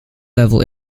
level